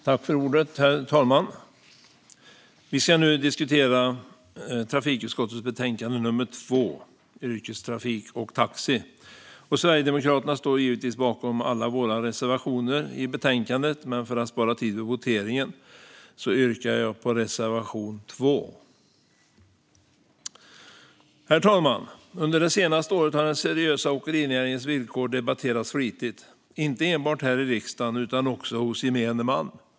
Herr talman! Vi diskuterar nu trafikutskottets betänkande 2 Yrkestrafik och taxi . Vi i Sverigedemokraterna står givetvis bakom alla våra reservationer i betänkandet, men för att spara tid vid voteringen yrkar jag bifall endast till reservation 2. Herr talman! Under det senaste året har den seriösa åkerinäringens villkor debatterats flitigt, inte enbart här i riksdagen utan också hos gemene man.